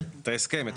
כן.